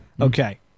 Okay